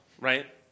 right